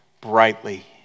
brightly